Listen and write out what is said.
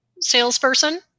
salesperson